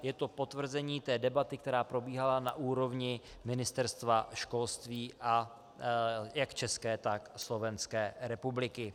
Je to pouze potvrzení debaty, která probíhala na úrovni ministerstva školství jak České, tak Slovenské republiky.